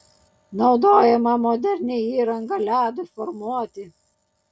naudojama moderni įranga ledui formuoti